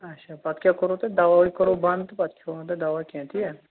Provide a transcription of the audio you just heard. اَچھا پَتہٕ کیٛاہ کوٚروٕ تۄہہِ دَوہٕے کوٚروٕ بَنٛد تہٕ پَتہٕ کھیوٚوٕ نہٕ تۄہہِ دَوا کیٚنٛہہ تہِ ہا